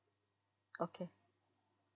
okay